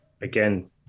again